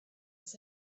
was